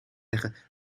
leggen